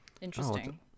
interesting